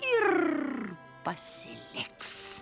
ir pasiliks